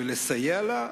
ולסייע לה,